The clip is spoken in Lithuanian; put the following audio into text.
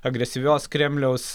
agresyvios kremliaus